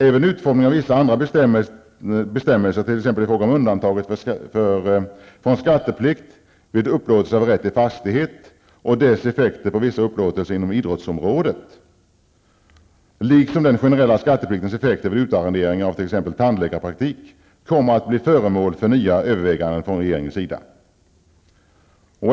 Även utformningen av vissa andra bestämmelser, t.ex. i fråga om undantaget från skatteplikt vid upplåtelse av rätt till fastighet och dess effekter på vissa upplåtelser inom idrottsområdet liksom den generella skattepliktens effekter vid utarrendering av t.ex. tandläkarpraktik, kommer att bli föremål för nya överväganden från regeringens sida.